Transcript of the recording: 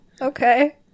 okay